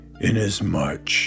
Inasmuch